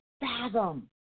fathom